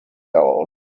gold